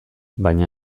baina